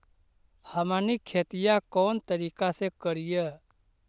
हमनी खेतीया कोन तरीका से करीय?